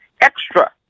extra